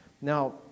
Now